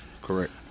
Correct